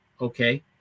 okay